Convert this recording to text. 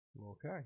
Okay